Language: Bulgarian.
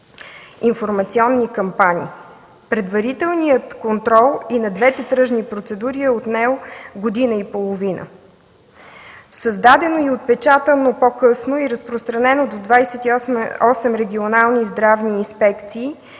информационни кампании. Предварителният контрол и на двете тръжни процедури е отнел година и половина. Създадено и отпечатано, по-късно и разпространено в 28-те регионални здравни инспекции